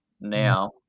now